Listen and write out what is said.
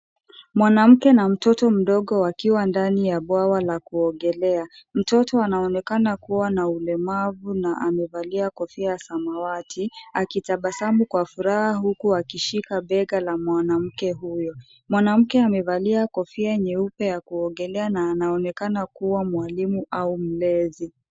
Mwanamke na mtoto mdogo wakiwa ndani ya bwawa la kuogelea. Mtoto anaonekana kuwa na ulemavu na amevalia kofia ya samawati, akitabasamu kwa furaha huku akishika bega la mwanamke huyo. Mwanamke amevalia kofia nyeupe ya kuogelea na anaonekana kuwa mwalimu au mlezi.